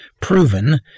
proven